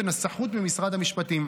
בנסחות במשרד המשפטים.